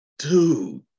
Dude